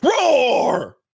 roar